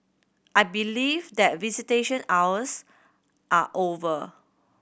I believe that visitation hours are over